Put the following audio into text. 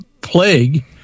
plague